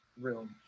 room